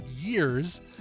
years